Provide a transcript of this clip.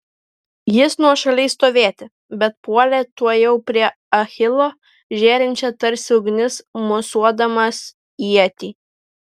jis nuošaliai stovėti bet puolė tuojau prie achilo žėrinčią tarsi ugnis mosuodamas ietį